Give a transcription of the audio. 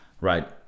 Right